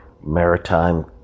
maritime